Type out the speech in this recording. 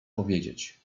powiedzieć